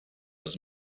his